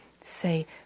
say